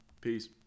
Peace